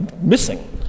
missing